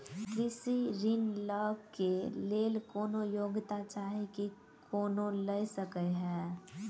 कृषि ऋण लय केँ लेल कोनों योग्यता चाहि की कोनो लय सकै है?